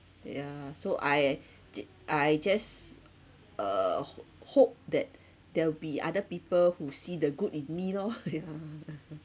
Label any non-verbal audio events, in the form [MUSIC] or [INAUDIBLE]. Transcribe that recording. yeah so I j~ I just uh ho~ hope that there'll be other people who see the good in me lor [LAUGHS] yeah